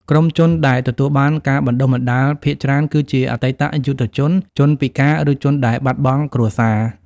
ក្រុមជនដែលទទួលបានការបណ្តុះបណ្តាលភាគច្រើនគឺជាអតីតយុទ្ធជន ជនពិការ ឬជនដែលបាត់បង់គ្រួសារ។